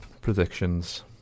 predictions